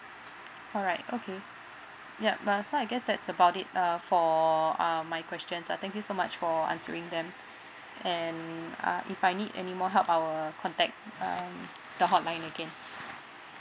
alright okay yup I guess that's about it uh for uh my questions ah thank you so much for answering them and uh if I need any more help I'll contact um the hotline again